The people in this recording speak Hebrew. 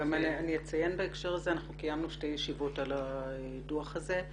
אני אציין בהקשר הזה שקיימנו שתי ישיבות על הדוח הזה.